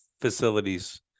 facilities